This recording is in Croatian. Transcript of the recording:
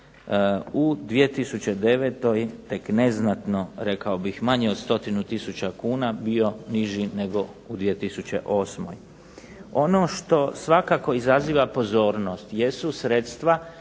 u 2009. tek neznatno, rekao bih manje od 100 tisuća kuna, bio niži nego u 2008. Ono što svakako izaziva pozornost jesu sredstva